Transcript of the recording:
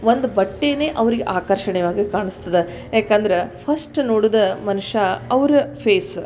ಒಂದು ಬಟ್ಟೆನೇ ಅವ್ರಿಗೆ ಆಕರ್ಷಣೀಯವಾಗಿ ಕಾಣ್ಸ್ತದೆ ಯಾಕಂದ್ರೆ ಫಸ್ಟ್ ನೋಡುದೇ ಮನುಷ್ಯ ಅವರ ಫೇಸ